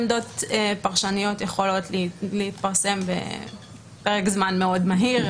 עמדות פרשניות יכולות להתפרסם בפרק זמן מאוד מהיר.